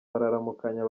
bararamukanya